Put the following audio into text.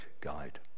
guide